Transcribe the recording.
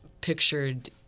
pictured